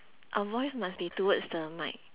our voice must be towards the mic